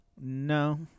No